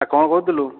ଆଉ କ'ଣ କରୁଥିଲୁ